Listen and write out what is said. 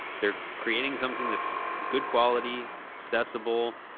they're creating something that's good quality, accessible.